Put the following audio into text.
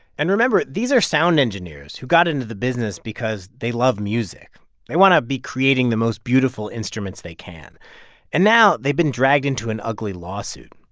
and, remember, these are sound engineers who got into the business because they love music they want to be creating the most beautiful instruments they can and now they've been dragged into an ugly lawsuit.